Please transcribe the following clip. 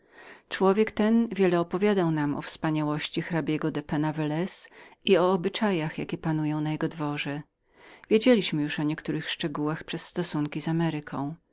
człowiek ten wiele opowiadał nam o wspaniałości hrabiego penna velez i o miłosnych obyczajach jakie panowały na jego dworze wiedzieliśmy już o niektórych szczegółach przez stosunki z